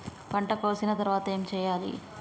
పంట కోసిన తర్వాత ఏం చెయ్యాలి?